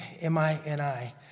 M-I-N-I